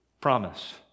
promise